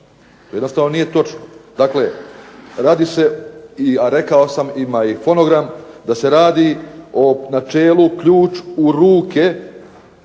to jednostavno nije točno. Dakle, radi se a rekao sam ima i fonogram da se radi o načelu ključ u ruke